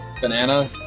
banana